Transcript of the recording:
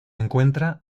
encuentra